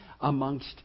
amongst